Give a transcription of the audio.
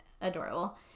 adorable